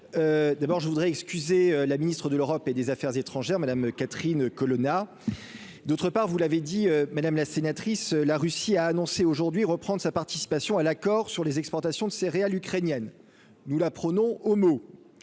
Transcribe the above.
d'abord je voudrais excusez la Ministre de l'Europe et des Affaires étrangères, Madame Catherine Colonna, d'autre part, vous l'avez dit madame la sénatrice, la Russie a annoncé aujourd'hui reprendre sa participation à l'accord sur les exportations de céréales ukrainiennes, nous la prenons au mot,